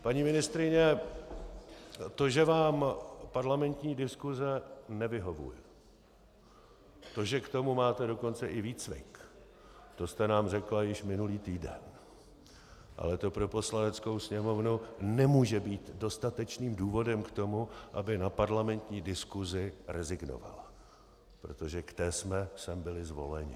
Paní ministryně, to, že vám parlamentní diskuse nevyhovuje, to, že k tomu máte dokonce i výcvik, to jste nám řekla již minulý týden, ale to pro Poslaneckou sněmovnu nemůže být dostatečným důvodem k tomu, aby na parlamentní diskusi rezignovala, protože k té jsme sem byli zvoleni.